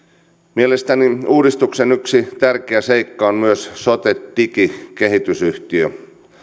mielestäni uudistuksen yksi tärkeä seikka on myös sote digikehitysyhtiö